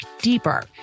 deeper